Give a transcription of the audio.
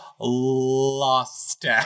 lost